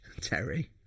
Terry